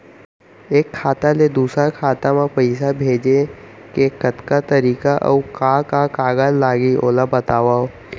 एक खाता ले दूसर खाता मा पइसा भेजे के कतका तरीका अऊ का का कागज लागही ओला बतावव?